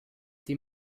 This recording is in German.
die